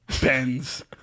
Benz